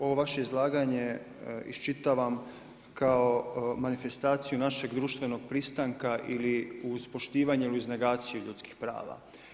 Ovo vaše izlaganje iščitavam kao manifestaciju našeg društvenog pristanka ili uz poštivanje ili uz negaciju ljudskih prava.